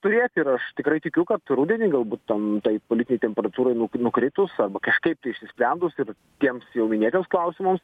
turėti ir aš tikrai tikiu kad rudenį galbūt ten tai politinei temperatūrai nukritus arba kažkaip tai išsisprendus ir tiems jau minėtiems klausimams